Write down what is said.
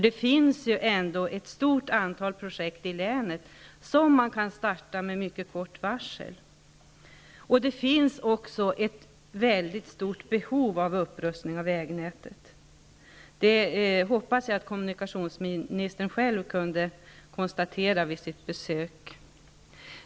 Det finns ändå ett stort antal projekt i länet som man kan starta med mycket kort varsel. Det finns också ett mycket stort behov av upprustning av vägnätet -- det hoppas jag att kommunikationsministern själv kunde konstatera vid sitt besök.